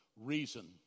reason